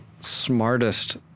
smartest